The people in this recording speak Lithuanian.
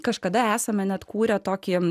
kažkada esame net kūrė tokį